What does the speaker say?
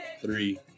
three